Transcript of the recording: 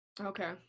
Okay